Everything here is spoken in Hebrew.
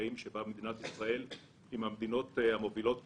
החיים שבה מדינת ישראל היא מהמדינות המובילות בעולם.